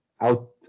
out